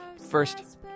first